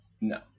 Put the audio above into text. No